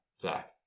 Zach